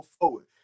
forward